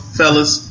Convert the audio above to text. fellas